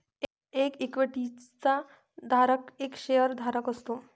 एक इक्विटी चा धारक एक शेअर धारक असतो